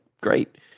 great